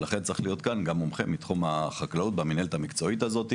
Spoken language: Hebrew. ולכן צריך להיות כאן גם ממוחה מתחום החקלאות במינהלת המקצועית הזאת.